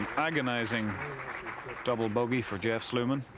agonizing double bogey for jeff sluman.